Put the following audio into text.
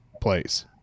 place